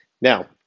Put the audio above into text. now